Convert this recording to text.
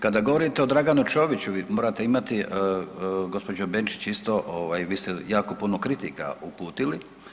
Kada govorite o Draganu Čoviću vi morate imati gospođo Benčić isto, vi ste jako puno kritika uputili.